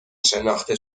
شناخته